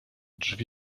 drzwi